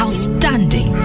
Outstanding